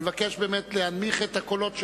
אני מבקש להנמיך את הקולות שם.